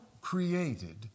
created